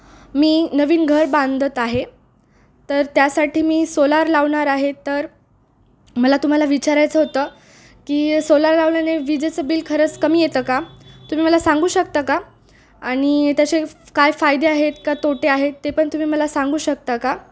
मी नवीन घर बांधत आहे तर त्यासाठी मी सोलार लावणार आहे तर मला तुम्हाला विचारायचं होतं की सोलार लावल्याने विजेचं बिल खरंच कमी येतं का तुम्ही मला सांगू शकता का आणि त्याचे काय फायदे आहेत का तोटे आहेत ते पण तुम्ही मला सांगू शकता का